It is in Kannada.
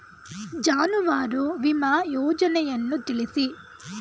ಜಾನುವಾರು ವಿಮಾ ಯೋಜನೆಯನ್ನು ತಿಳಿಸಿ?